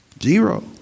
Zero